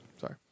Sorry